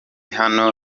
naho